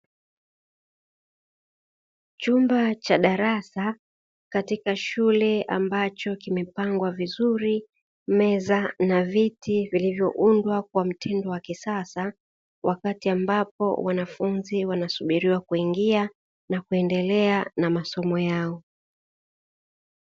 Chumba cha darasa katika shule ambacho kimepangwa vizuri, meza na viti vilivyoundwa kwa mtindo wa kisasa wakati ambapo wanafunzi wanasubiriwa kuingia na kuendelea na masomo yao.